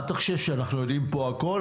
מה אתה חושב, שאנחנו יודעים פה הכול?